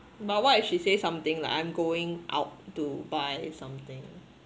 but what if she say something like I'm going out to buy something